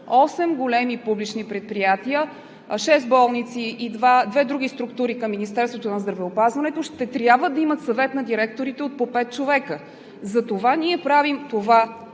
големи публични предприятия – шест болници и две структури към Министерството на здравеопазването, ще трябва да имат Съвет на директорите от по пет човека. Именно затова правим това